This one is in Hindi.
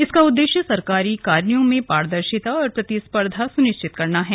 इसका उद्देश्य सरकारी कार्यों में पारदर्शिता और प्रतिस्पर्धा सुनिश्चित करना है